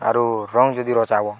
ଆରୁ ରଙ୍ଗ୍ ଯଦି ରଚା ହବ